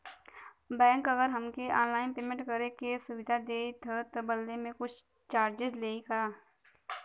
Bank अगर हमके online payment करे के सुविधा देही त बदले में कुछ चार्जेस लेही का?